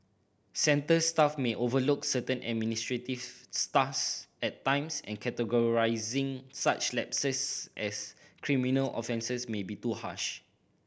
centre staff may overlook certain administrative at times and categorising such lapses as criminal offences may be too harsh